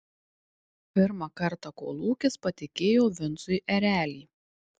pirmą kartą kolūkis patikėjo vincui erelį